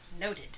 Noted